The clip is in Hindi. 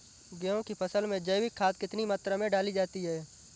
गेहूँ की फसल में जैविक खाद कितनी मात्रा में डाली जाती है?